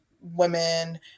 women